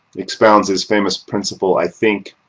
expounds his famous principle, i think,